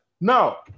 Now